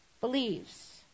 believes